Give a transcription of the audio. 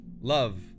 love